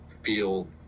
feel